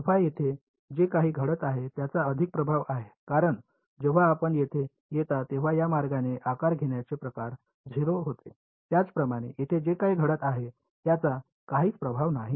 alpha येथे जे काही घडत आहे त्याचा अधिक प्रभाव आहे कारण जेव्हा आपण येथे येता तेव्हा या मार्गाने आकार घेण्याचे प्रकार 0 होते त्याचप्रकारे येथे जे काही घडत आहे त्याचा काहीच प्रभाव नाही